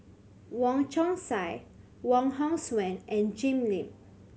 Wong Chong Sai Wong Hong Suen and Jim Lim